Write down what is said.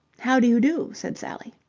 how do you do? said sally.